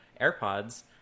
AirPods